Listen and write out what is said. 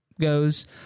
goes